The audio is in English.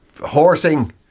horsing